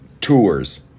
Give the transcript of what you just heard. tours